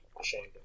ashamed